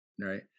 right